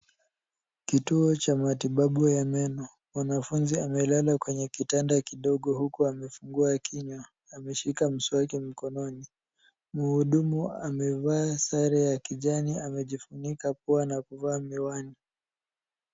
Kituo cha matibabu ya meno. Mwanafunzi amelala kwenye kitanda kidogo huku amefungua kinywa. Ameshika mswaki mkononi. Mhudumu amevaa sare ya kijani, amejifunika pua na kuvaa miwani.